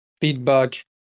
feedback